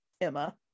emma